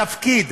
התפקיד,